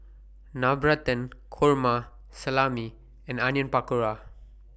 Navratan Korma Salami and Onion Pakora